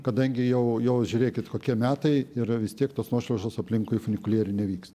kadangi jau jos žiūrėkit kokie metai yra vis tiek tos nuošliaužos aplinkui funikulierių nevyksta